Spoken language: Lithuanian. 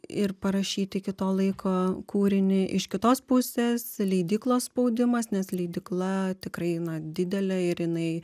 ir parašyt iki to laiko kūrinį iš kitos pusės leidyklos spaudimas nes leidykla tikrai na didelė ir jinai